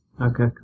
Okay